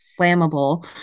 flammable